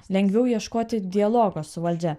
lengviau ieškoti dialogo su valdžia